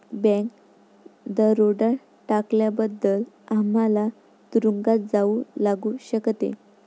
bank दरोडा टाकल्याबद्दल आम्हाला तुरूंगात जावे लागू शकते